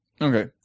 Okay